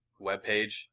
webpage